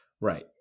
Right